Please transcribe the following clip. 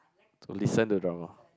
so listen to drama